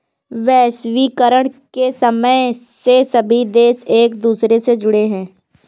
वैश्वीकरण के समय में सभी देश एक दूसरे से जुड़े है